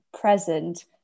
present